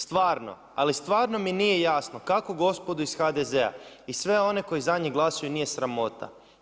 Stvarno, ali stvarno mi je nije jasno kako gospodu iz HDZ-a i sve one koji za njih glasaju nije sramota?